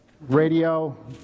radio